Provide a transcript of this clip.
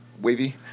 Wavy